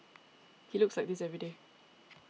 he looks like this every day